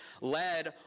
led